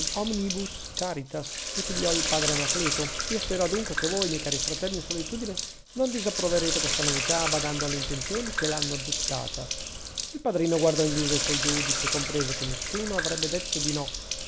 charitas ripigliò il padre anacleto io spero adunque che voi miei cari fratelli in solitudine non disapproverete questa novità badando alle intenzioni che l'hanno dettata il padrino guardò in viso i suoi giudici e comprese che nessuno avrebbe detto di no